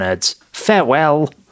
Farewell